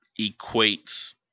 equates